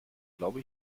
glaube